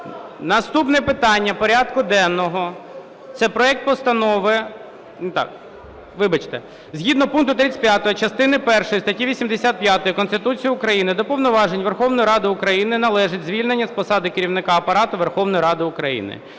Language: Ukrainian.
Наступне питання порядку денного – це проект Постанови… Вибачте. Згідно пункту 35 частини першої статті 85 Конституції України до повноважень Верховної Ради України належить звільнення з посади Керівника Апарату Верховної Ради України.